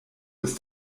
ist